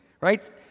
right